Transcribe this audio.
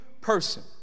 person